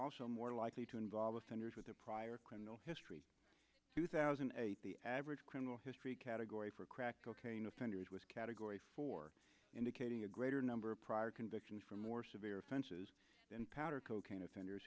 also more likely to involve offenders with a prior criminal history two thousand and eight the average criminal history category for crack cocaine offenders was category four indicating a greater number of prior convictions for more severe offenses than powder cocaine offenders